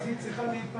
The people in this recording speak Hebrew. היא צריכה -.